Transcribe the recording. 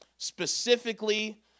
Specifically